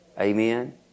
Amen